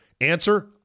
Answer